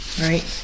Right